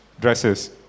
dresses